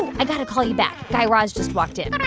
i've got to call you back. guy raz just walked in.